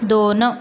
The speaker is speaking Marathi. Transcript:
दोन